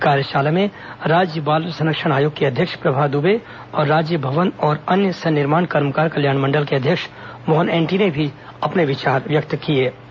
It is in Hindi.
कार्यशाला में राज्य बाल संरक्षण आयोग की अध्यक्ष प्रभा दुबे और राज्य भवन और अन्य सन्निर्माण कर्मकार कल्याण मंडल के अध्यक्ष मोहन एंटी ने भी अपने विचार रखे